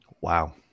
Wow